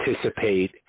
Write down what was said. participate